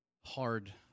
hard